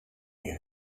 you